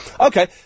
Okay